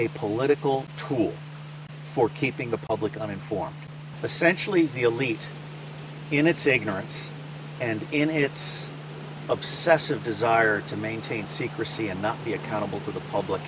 a political tool for keeping the public uninformed essentially the elite in its ignorance and in its obsessive desire to maintain secrecy and not be accountable to the public